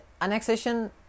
annexation